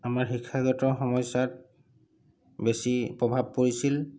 আমাৰ শিক্ষাগত সমস্যাত বেছি প্ৰভাৱ পৰিছিল